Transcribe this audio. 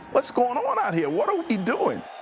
what's going on out here? what are we doing?